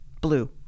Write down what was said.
blue